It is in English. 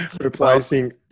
replacing